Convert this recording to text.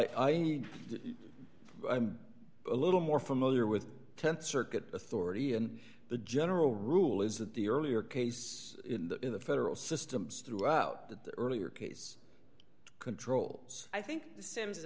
need a little more familiar with th circuit authority and the general rule is that the earlier case in the federal systems throughout the earlier case controls i think the sims is